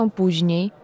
później